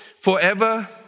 forever